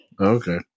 okay